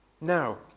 Now